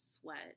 sweat